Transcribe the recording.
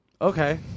okay